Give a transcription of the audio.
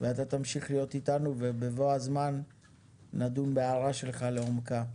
ואתה תמשיך להיות אתנו ובבוא הזמן נדון בהערה שלך לעומקה.